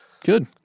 Good